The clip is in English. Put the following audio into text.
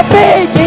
big